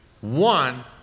one